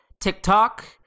tiktok